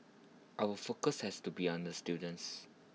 our focus has to be on the students